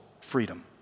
freedom